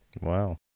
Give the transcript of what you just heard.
Wow